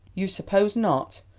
you suppose not.